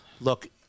look